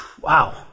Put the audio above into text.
Wow